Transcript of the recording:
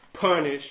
punish